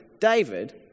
David